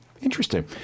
Interesting